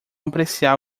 apreciar